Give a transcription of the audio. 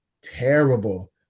terrible